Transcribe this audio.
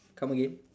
come again